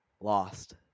lost